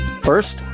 First